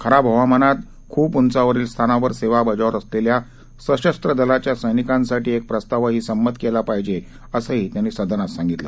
खराब हवामानात खूप उंचावरील स्थांनावर सेवा बजावत असलेल्या सशस्व दलाच्या सैनिकांसाठी एक प्रस्तावही संमत केला पाहिजे असंही त्यांनी सदनात सांगितलं